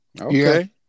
Okay